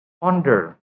ponder